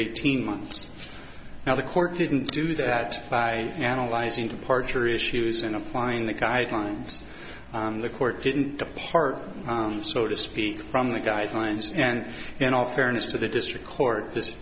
eighteen months now the court didn't do that by analyzing departure issues in applying the guidelines the court didn't depart so to speak from the guidelines and in all fairness to the district court